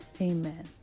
Amen